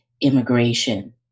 immigration